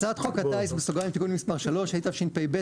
הצעת חוק הטיס (תיקון מספר 3) התשפ"ב